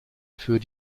für